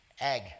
Egg